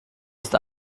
ist